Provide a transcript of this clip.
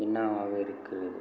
என்னவாக இருக்கிறது